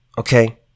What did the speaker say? Okay